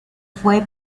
fue